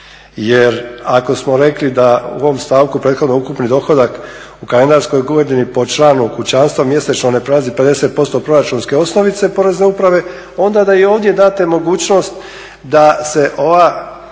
Jer ako smo rekli da u ovom stavku prethodnom ukupni dohodak u kalendarskoj godini po članu kućanstva mjesečno ne prelazi 50% proračunske osnovice Porezne uprave, onda da i ovdje date mogućnost da se ova